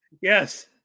Yes